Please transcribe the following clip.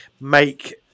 make